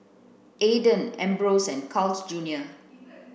Aden Ambros and Carl's Junior